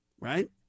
right